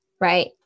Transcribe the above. right